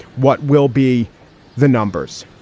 what will be the numbers?